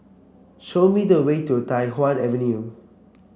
show me the way to Tai Hwan Avenue